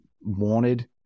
wanted